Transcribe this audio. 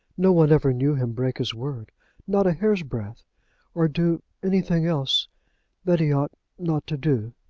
no one ever knew him break his word not a hair's breadth or do anything else that he ought not to do.